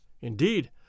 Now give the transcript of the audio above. Indeed